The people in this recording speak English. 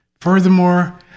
Furthermore